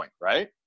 right